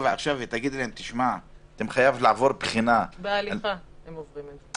להגיד להם עכשיו שחייבים לעבור בחינה --- הם עוברים את זה בהליכה.